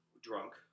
drunk